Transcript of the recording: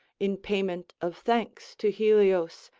in payment of thanks to helios,